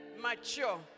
mature